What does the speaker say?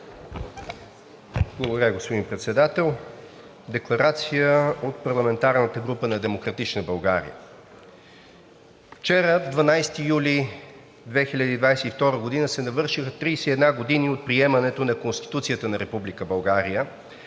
Благодаря, господин Председател. Декларация от парламентарната група на „Демократична България“: Вчера, 12 юли 2022 г., се навършиха 31 години от приемането на Конституцията на Република